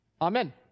Amen